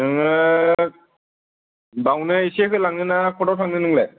नोङो बेयावनो एसे होलांनो ना कर्टआव थांनो नोंलाय